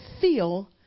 feel